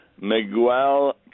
Miguel